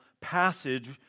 passage